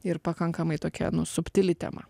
ir pakankamai tokia subtili tema